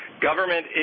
government